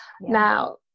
Now